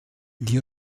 die